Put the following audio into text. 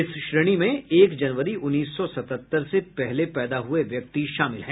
इस श्रेणी में एक जनवरी उन्नीस सौ सतहत्तर से पहले पैदा हुए व्यक्ति शामिल हैं